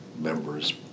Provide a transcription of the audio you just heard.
members